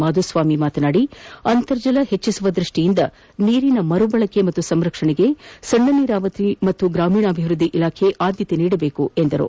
ಮಾಧುಸ್ವಾಮಿ ಮಾತನಾಡಿ ಅಂತರ್ಜಲ ಹೆಚ್ಚಿಸುವ ದೃಷ್ಷಿಯಿಂದ ನೀರಿನ ಮರುಬಳಕೆ ಮತ್ತು ಸಂರಕ್ಷಣೆಗೆ ಸಣ್ಣ ನೀರಾವರಿ ಮತ್ತು ಗ್ರಾಮೀಣಾಭಿವೃದ್ದಿ ಇಲಾಖೆ ಆದ್ದತೆ ನೀಡಬೇಕೆಂದರು